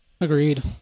Agreed